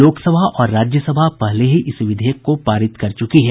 लोकसभा और राज्यसभा पहले ही इस विधेयक को पारित कर चुकी है